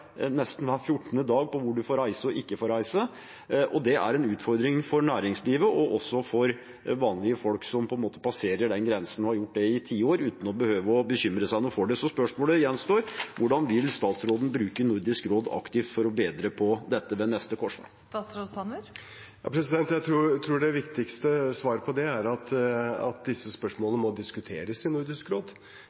nesten hver fjortende dag, for hvor man får reise og ikke får reise. Det er en utfordring for både næringslivet og vanlige folk som passerer den grensen, og som har gjort det i tiår uten å behøve å bekymre seg for det. Spørsmålet gjenstår: Hvordan vil statsråden bruke Nordisk råd aktivt for å bedre på dette ved neste korsvei? Jeg tror det viktigste svaret på det er at disse spørsmålene må diskuteres i Nordisk råd.